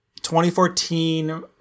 2014